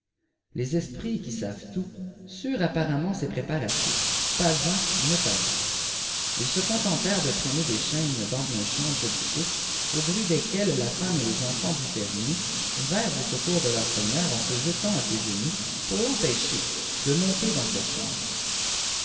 les esprits qui savent tout surent apparemment ces préparatifs pas un ne parut ils se contentèrent de traîner des chaînes dans une chambre du haut au bruit desqueses la femme et les enfants du fermier vinrent au secours de leur seigneitr en se jetant à ses genoux pour l'enipêcher de monter dans cette chambre